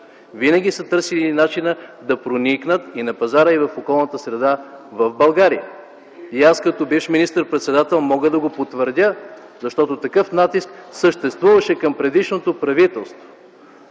винаги са търсили начин да проникнат на пазара и в околната среда в България. Аз, като бивш министър-председател, мога да го потвърдя, защото такъв натиск съществуваше към предишното правителство